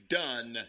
done